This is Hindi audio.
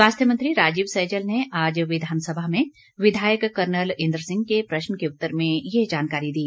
स्वास्थ्य मंत्री राजीव सैजल ने आज विधानसभा में विधायक कर्नल इंद्र सिंह के प्रश्न के उत्तर में ये जानकारी दी